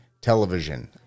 television